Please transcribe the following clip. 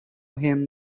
him